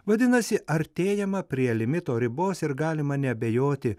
vadinasi artėjama prie limito ribos ir galima neabejoti